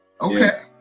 Okay